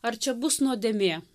ar čia bus nuodėmė